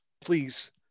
please